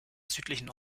südlichen